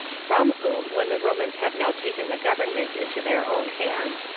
from whom, when the romans have now taken the government into their own hands,